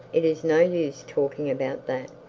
it is no use talking about that.